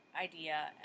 idea